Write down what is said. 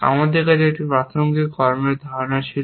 আমাদের কাছে একটি প্রাসঙ্গিক কর্মের ধারণা ছিল